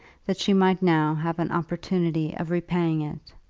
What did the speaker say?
that she might now have an opportunity of repaying it.